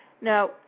Now